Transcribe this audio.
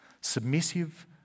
submissive